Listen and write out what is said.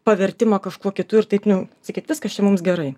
pavertimą kažkuo kitu ir taip niu sakyt viskas čia mums gerai